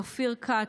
לאופיר כץ,